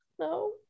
No